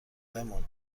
بمون